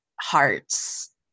hearts